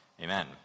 Amen